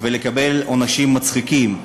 ולקבל עונשים מצחיקים.